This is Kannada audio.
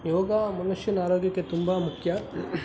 ಯೋಗ ಮನುಷ್ಯನ ಆರೋಗ್ಯಕ್ಕೆ ತುಂಬ ಮುಖ್ಯ